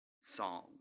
song